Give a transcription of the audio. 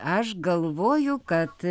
aš galvoju kad